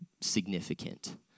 significant